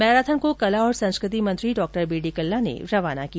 marathon को कला और संस्कृति मंत्री डॉ बीडी कल्ला ने रवाना किया